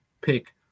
pick